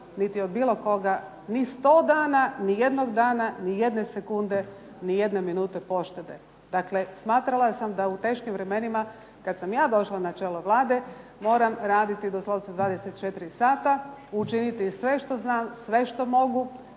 niti od bilo koga ni sto dana, ni jednog dana, ni jedne sekunde, ni jedne minute poštede. Dakle, smatrala sam da u teškim vremenima kad sam ja došla na čelo Vlade moram raditi doslovce 24 sata, učiniti sve što znam, sve što mogu